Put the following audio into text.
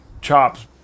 chops